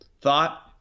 thought